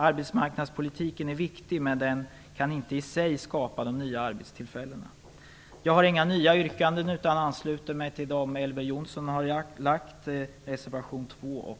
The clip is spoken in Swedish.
Arbetsmarknadspolitiken är viktig, men den kan inte i sig skapa nya arbetstillfällen. Jag har inga egna yrkanden utan ansluter mig till